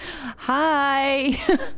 hi